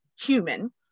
human